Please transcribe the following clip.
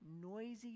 noisy